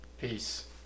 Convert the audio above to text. Peace